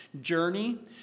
Journey